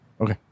okay